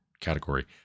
category